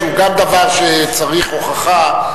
שהוא גם דבר שצריך הוכחה,